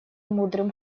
мудрым